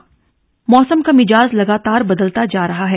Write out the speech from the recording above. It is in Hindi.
मौसम मौसम का मिजाज लगातार बदलता जा रहा है